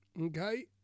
okay